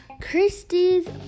Christy's